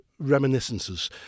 Reminiscences